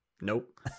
Nope